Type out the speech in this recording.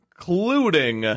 Including